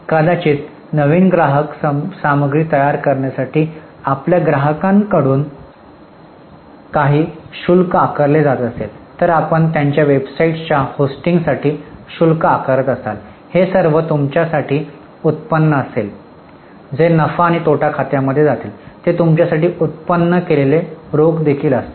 कदाचित नवीन ग्राहक सामग्री तयार करण्यासाठी आपल्या ग्राहकांकडून काही शुल्क आकारले जात असेल तर आपण त्यांच्या वेबसाइट्स च्या होस्टिंगसाठी शुल्क आकारत असाल हे सर्व तुमच्यासाठी उत्पन्न असेल जे नफा आणि तोटा खात्यामध्ये जातील ते तुमच्यासाठी उत्पन्न केलेले रोख देखील असतील